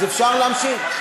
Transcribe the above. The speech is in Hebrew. אז אפשר להמשיך.